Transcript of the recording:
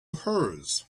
hers